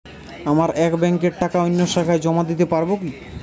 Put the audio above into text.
আমার এক ব্যাঙ্কের টাকা অন্য শাখায় জমা দিতে পারব কি?